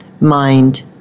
mind